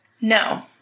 No